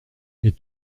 est